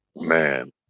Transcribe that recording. man